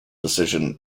decision